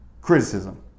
Criticism